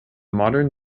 modern